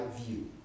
view